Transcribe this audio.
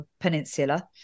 peninsula